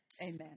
Amen